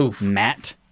Matt